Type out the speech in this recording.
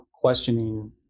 questioning